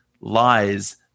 lies